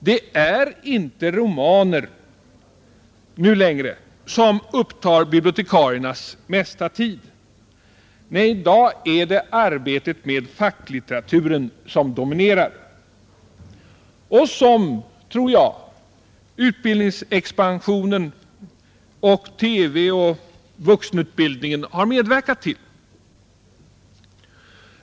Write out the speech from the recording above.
Det är inte längre romaner som upptar bibliotekariens mesta tid. Nej, i dag är det arbetet med facklitteraturen som dominerar, och det har, tror jag, utbildningsexpansionen, TV och vuxenutbildningen medverkat till.